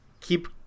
Keep